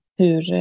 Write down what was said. hur